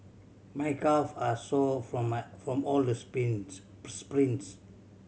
my calve are sore from my from all the sprints sprints